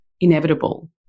inevitable